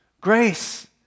Grace